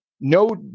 no